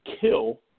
kill